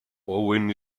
owen